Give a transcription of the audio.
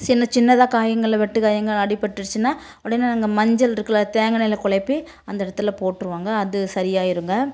சின்ன சின்னதாக காயங்களில் வெட்டு காயங்கள் அடிப்பட்ருச்சின்னா உடனே அங்கே மஞ்சள் இருக்குல அதை தேங்காய் எண்ணெயில் குழப்பி அந்தடத்துல போட்ருவோங்க அது சரியாயிருங்க